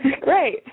Great